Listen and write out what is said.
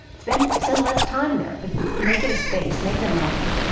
spend spend less time there, but make it a space. make it a moment.